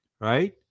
Right